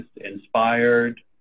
inspired